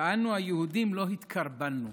אנו היהודים לא התקרבנו,